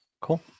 Cool